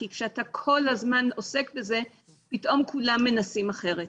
כי כשאתה כל הזמן עוסק בזה פתאום כולם מנסים אחרת.